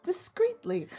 discreetly